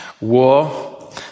War